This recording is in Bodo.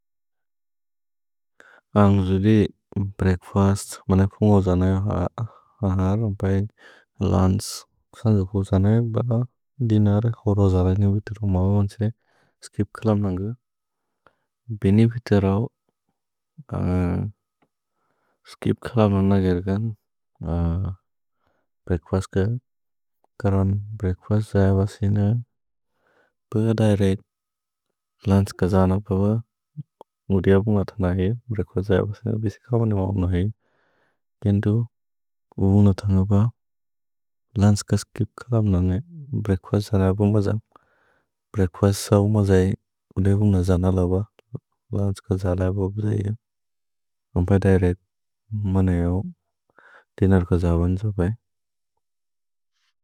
अन्ग् जुदि ब्रेक्फस्त् मने पुन्गु जनयु, अहर्, अपै, लन्स् सन्जुकु जनयु, बल दिनरे खोरो जनयु वितिरु मवे वोन्से स्किप् खलम् नन्गु। भेने वितिरौ स्किप् खलम् नन्गु हेर्गन् ब्रेक्फस्त् क करोन् ब्रेक्फस्त् जैव सिनु। अन्ग् जुदि ब्रेक्फस्त् मने पुन्गु जनयु, अहर्, अपै, लन्स् सन्जुकु जनयु, बल दिनरे खोरो जनयु वितिरु मवे वोन्से स्किप् खलम् नन्गु।